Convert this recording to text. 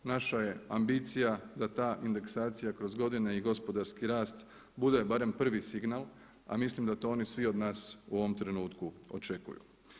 Naša je ambicija da ta indeksacija kroz godine i gospodarski rast bude barem prvi signal a mislim da to oni svi od nas u ovom trenutku očekuju.